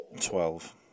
Twelve